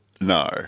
No